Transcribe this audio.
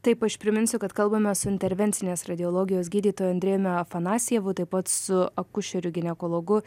taip aš priminsiu kad kalbame su intervencinės radiologijos gydytoju andrejumi afanasjevu taip pat su akušeriu ginekologu